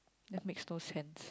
that makes no sense